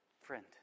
Friend